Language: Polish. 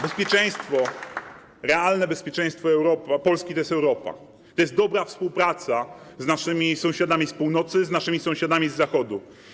Bezpieczeństwo, realne bezpieczeństwo Europy, a Polska to jest Europa, to jest dobra współpraca z naszymi sąsiadami z Północy, z naszymi sąsiadami z Zachodu.